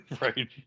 Right